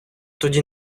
тоді